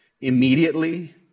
immediately